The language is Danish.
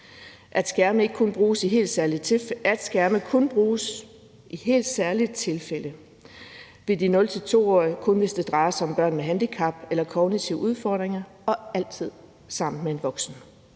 at skærme kun bruges i helt særlige tilfælde, og for de 0-2-årige kun, hvis det drejer sig om børn med handicap eller kognitive udfordringer og altid sammen med en voksen,